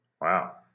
Wow